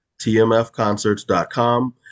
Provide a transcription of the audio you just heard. Tmfconcerts.com